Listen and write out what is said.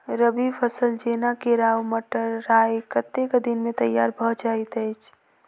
रबी फसल जेना केराव, मटर, राय कतेक दिन मे तैयार भँ जाइत अछि?